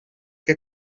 que